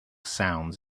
sounds